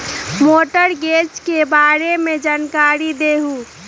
Mortgage के बारे में जानकारी देहु?